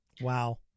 Wow